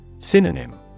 Synonym